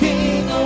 King